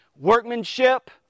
workmanship